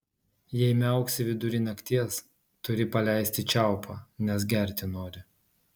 jei miauksi vidury nakties turi paleisti čiaupą nes gerti nori